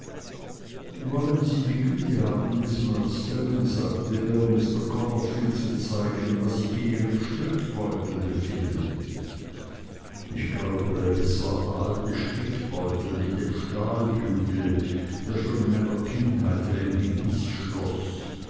wollen sie die güte haben miß murdstone sagte er mr copperfield zu zeigen was sich in ihrem strickbeutel befindet ich glaube es war der alte strickbeutel mit dem stahlbügel der schon in meiner kindheit wie ein gebiß schloß